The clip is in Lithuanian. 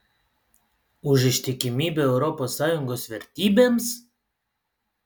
už ištikimybę europos sąjungos vertybėms